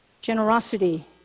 Generosity